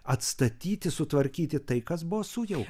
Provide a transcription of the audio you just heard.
atstatyti sutvarkyti tai kas buvo sujaukta